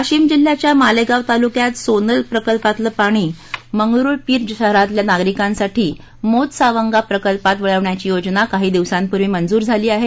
वाशिम जिल्ह्याच्या मालेगाव तालुक्यात सोनल प्रकल्पातलं पाणी मंगरुळपीर शहरातल्या नागरिकांसाठी मोतसावंगा प्रकल्पात वळविण्याची योजना काही दिवसांपूर्वी मंजूर झाली आहे